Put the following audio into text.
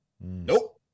Nope